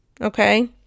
Okay